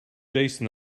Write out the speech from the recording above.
jason